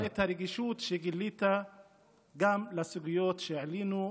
-- ואת הרגישות שגילית גם לסוגיות שהעלינו,